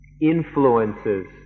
influences